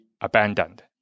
abandoned